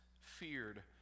feared